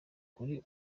kuri